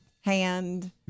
hand